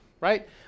right